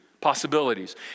Possibilities